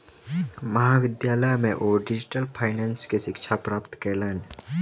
महाविद्यालय में ओ डिजिटल फाइनेंस के शिक्षा प्राप्त कयलैन